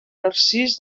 narcís